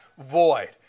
void